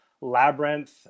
Labyrinth